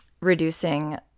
reducing